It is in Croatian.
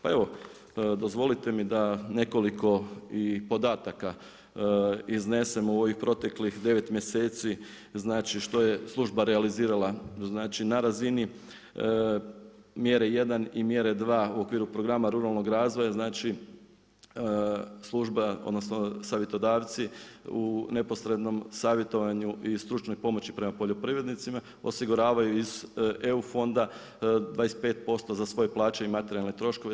Pa evo, dozvolite mi da nekoliko i podataka iznesem u ovih proteklih 9 mjeseci, što je služba realizirala na razini mjere 1 i mjere 2 u okviru programa ruralnog razvoja, znači, služba odnosno, savjetodavci u neposrednom savjetovanju i stručnoj pomoći prema poljoprivrednicima, osiguravaju iz EU fonda 25% za svoje plaće i materijalne troškove.